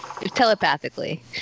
telepathically